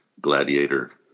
gladiator